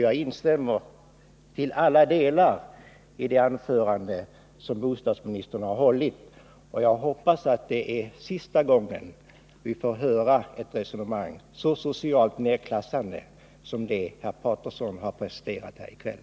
Jag instämmer till alla delar i det anförande som bostadsministern har hållit, och jag hoppas att det är sista gången vi får höra ett resonemang, så socialt nedklassande som det herr Paterson har presterat här i kväll.